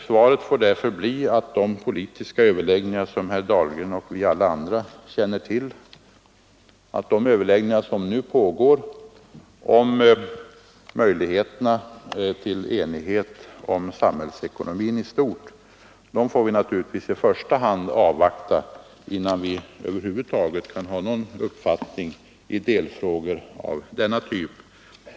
Svaret får därför bli att resultatet av de politiska överläggningar om möjligheterna till enighet rörande samhällsekonomin i stort som nu pågår och som herr Dahlgren och alla vi andra känner till i första hand får avvaktas innan vi kan bilda oss någon uppfattning i denna typ av delfrågor.